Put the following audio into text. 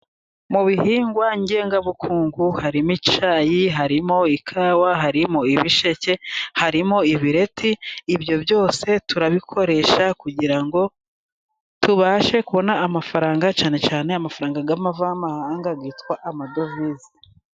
Mu bihingwa ngengabukungu harimo: icyayi harimo ikawa, harimo ibisheke, harimo ibireti, ibyo byose turabikoresha kugira ngo tubashe kubona amafaranga, cyane cyane amafaranga ya mavamahanga yitwa amadovize.